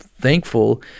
thankful